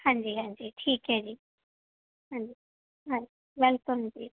ਹਾਂਜੀ ਹਾਂਜੀ ਠੀਕ ਹੈ ਜੀ ਹਾਂਜੀ ਹਾਂ ਵੈਲਕਮ ਜੀ